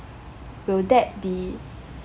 will that be